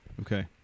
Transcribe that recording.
Okay